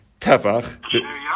Tefach